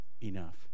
enough